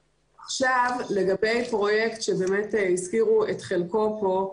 לגבי פרויקט שהזכירו את חלקו פה,